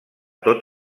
tot